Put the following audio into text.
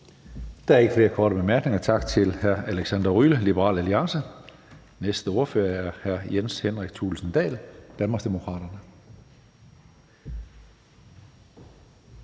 Der er ikke flere korte bemærkninger. Tak til hr. Alexander Ryle, Liberal Alliance. Næste ordfører er hr. Jens Henrik Thulesen Dahl, Danmarksdemokraterne.